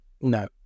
No